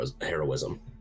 heroism